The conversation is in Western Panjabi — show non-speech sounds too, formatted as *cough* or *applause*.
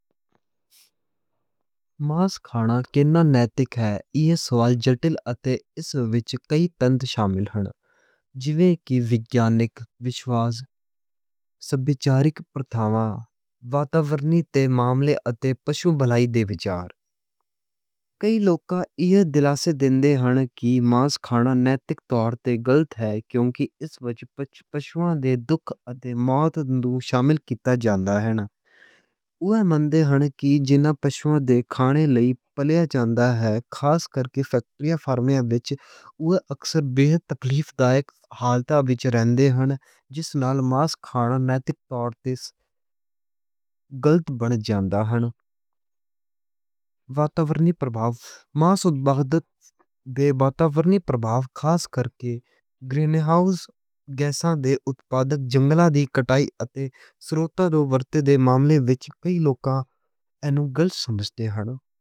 ماس کھانا کِنّاں نیتک ہے؟ ایہ سوال جٹِل تے اس وِچ کئی تَتّ شامل ہن۔ جیویں کہ وِگیانک، فلسفی، سماجِک پرتھاماں، واتاورنی تے ماملے تے پشو بھلائی دے وِچار۔ کئی لوک ایہ دِلاسے دِندے ہن کہ ماس کھانا نیتک طور تے غلط ہے۔ کیوں کہ اس وِچ پشوؤں دے دکھ تے مار دَند شامل کِتا جاندا ہے۔ اوہ من دے ہن کہ جناں پشوؤں نوں کھانے لئی پَلیا جاندا ہے، خاص کر کے فیکٹریا فارمیاؤں وِچ اوہ اکثر بہت تکلیف دائق حالت وِچ رہِندے ہن، جس نال ماس کھانا نیتک طور *hesitation* تے غلط بن جاندا ہے۔ واتاورنی پربھاواں، ماس اتپادن دے واتاورنی پربھاواں، خاص کر کے گرین ہاؤس گیسز دے اُتپادن، جنگلاں دی کٹائی، تے سروتاں دی ورتوں دے معاملے وِچ وی لوکاں ایہ گل سمجھدے ہن۔